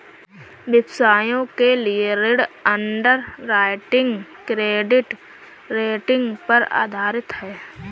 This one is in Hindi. व्यवसायों के लिए ऋण अंडरराइटिंग क्रेडिट रेटिंग पर आधारित है